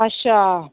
अच्छा